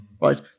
right